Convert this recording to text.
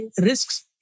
risks